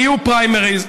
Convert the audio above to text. יהיו פריימריז.